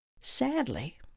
Sadly